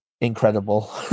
incredible